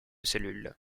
cellules